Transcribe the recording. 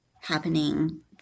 happening